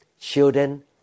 children